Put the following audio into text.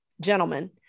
gentlemen